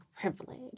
privilege